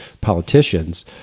politicians